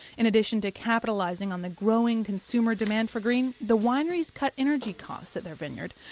in addition to capitalizing on the growing consumer demand for green, the winery's cut energy costs at their vineyard.